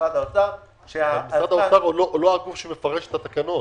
ממשרד האוצר --- אבל משרד האוצר הוא לא הגוף שמפרש את התקנות,